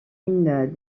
une